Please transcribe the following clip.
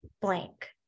blank